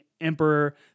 Emperor